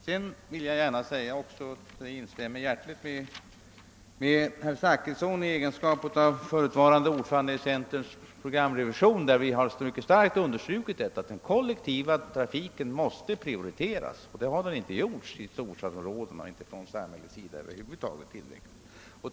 Jag instämmer däremot hjärtligt med herr Zachrisson i fråga om den kollektiva trafiken, inte minst i egenskap av förutvarande ordförande i centerns programrevision, som mycket kraftigt understrukit att den kollektiva trafiken måste prioriteras. Detta har inte gjorts i tillräcklig omfattning vare sig i stor stadsområdena eller i samhället i övrigt.